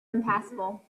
impassable